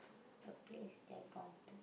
a place that I gone to